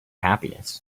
happiness